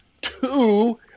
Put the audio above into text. two